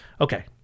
Okay